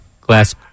Glass